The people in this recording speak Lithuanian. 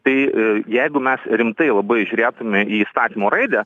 tai jeigu mes rimtai labai žiūrėtume į įstatymo raidą